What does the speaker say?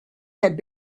had